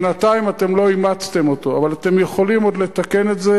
שבינתיים אתם לא אימצתם אותו אבל אתם יכולים עוד לתקן את זה,